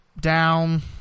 down